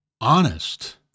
honest